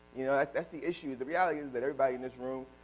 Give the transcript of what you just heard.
you know that's that's the issue. the reality is that everybody in this room,